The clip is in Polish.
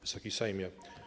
Wysoki Sejmie!